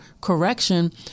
correction